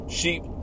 sheep